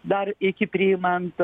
dar iki priimant